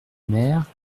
mère